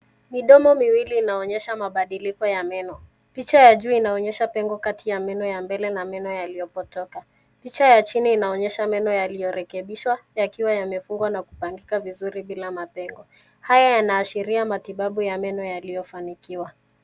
Midomo miwili inaonyesha mabadiliko ya meno. Picha ya juu inaoneysha pengo kati ya mbele ya meno na meno yaliyopotoka. Picha ya chini inaonyesha meno yaliyo rekebishwa yakiwa yamepangika vizuri bila mapengo. Haya yanaashiria matitabu ya meno yaliyo fanikiwa.